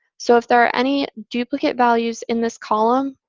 so if there are any duplicate values in this column,